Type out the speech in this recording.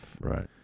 Right